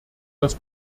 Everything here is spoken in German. das